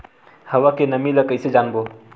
हवा के नमी ल कइसे जानबो?